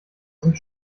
sind